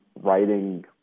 writing